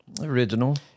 Original